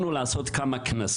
את הכנס